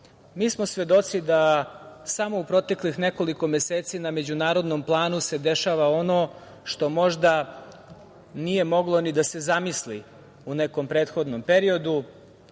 smo svedoci da samo u proteklih nekoliko meseci na međunarodnom planu se dešava ono što možda nije moglo ni da se zamisli u nekom prethodnom periodu,